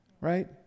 right